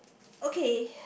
okay